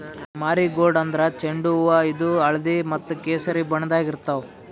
marigold ಅಂದ್ರ ಚೆಂಡು ಹೂವಾ ಇದು ಹಳ್ದಿ ಮತ್ತ್ ಕೆಸರಿ ಬಣ್ಣದಾಗ್ ಇರ್ತವ್